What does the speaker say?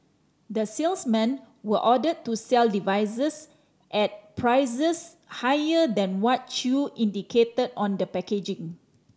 the salesmen were ordered to sell devices at prices higher than what Chew indicated on the packaging